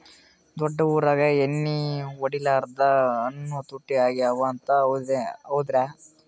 ದೊಡ್ಡ ಊರಾಗ ಎಣ್ಣಿ ಹೊಡಿಲಾರ್ದ ಹಣ್ಣು ತುಟ್ಟಿ ಅಗವ ಅಂತ, ಹೌದ್ರ್ಯಾ?